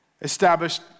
established